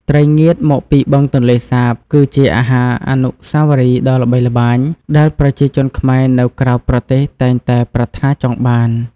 ត្រីងៀតមកពីបឹងទន្លេសាបគឺជាអាហារអនុស្សាវរីយ៍ដ៏ល្បីល្បាញ ដែលប្រជាជនខ្មែរនៅក្រៅប្រទេសតែងតែប្រាថ្នាចង់បាន។